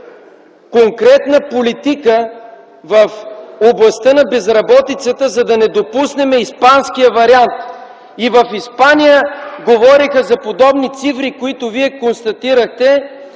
конкретна политика в областта на безработицата, за да не допуснем испанския вариант. В Испания говореха за подобни цифри, каквито и Вие констатирахте.